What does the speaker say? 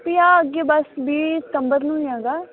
ਵਿਆਹ ਅੱਗੇ ਬਸ ਵੀਹ ਸਤੰਬਰ ਨੂੰ ਹੀ ਹੈਗਾ